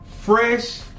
fresh